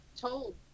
told